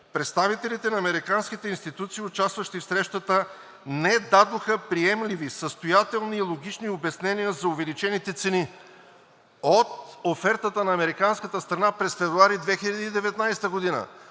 „Представителите на американските институции, участващи в срещата, не дадоха приемливи, състоятелни и логични обяснения за увеличените цени.“ От офертата на американската страна през месец февруари 2019 г.